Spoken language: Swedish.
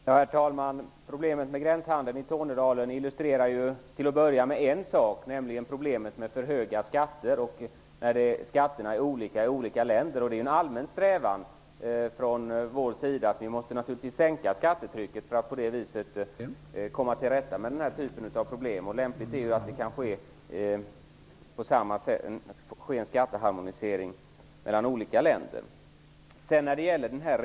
Herr talman! Problemet med gränshandeln i Tornedalen illustrerar till att börja med en sak, nämligen problemet med för höga skatter och att skatterna är olika i olika länder. Det är naturligtvis en allmän strävan från vår sida att sänka skattetrycket och på det viset komma tillrätta med denna typ av problem. Det är lämpligt att det sker en skatteharmonisering mellan olika länder.